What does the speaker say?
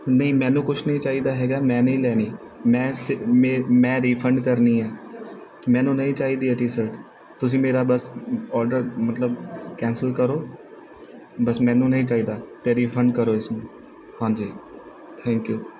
ਨਹੀਂ ਮੈਨੂੰ ਕੁਝ ਨਹੀਂ ਚਾਹੀਦਾ ਹੈਗਾ ਮੈਂ ਨਹੀਂ ਲੈਣੀ ਮੈਂ ਸੀ ਮੇ ਮੈਂ ਰੀਫੰਡ ਕਰਨੀ ਆ ਮੈਨੂੰ ਨਹੀਂ ਚਾਹੀਦੀ ਇਹ ਟੀਸਰਟ ਤੁਸੀਂ ਮੇਰਾ ਬਸ ਆਰਡਰ ਮਤਲਬ ਕੈਂਸਲ ਕਰੋ ਬਸ ਮੈਨੂੰ ਨਹੀਂ ਚਾਹੀਦਾ ਅਤੇ ਰੀਫੰਡ ਕਰੋ ਇਸਨੂੰ ਹਾਂਜੀ ਥੈਂਕ ਯੂ